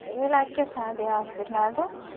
ಹೇಳಕ್ಕೆ ಸಾಧ್ಯ ಆಗ್ತಿರಲ್ಲ ಅದು